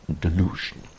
delusion